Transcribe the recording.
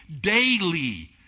daily